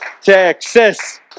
Texas